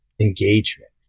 engagement